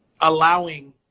allowing